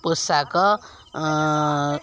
ପୋଷାକ